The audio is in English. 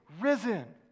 risen